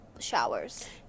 showers